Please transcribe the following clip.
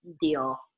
deal